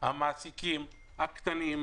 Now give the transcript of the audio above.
המעסיקים הקטנים,